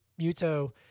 Muto